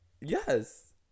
Yes